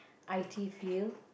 I_T field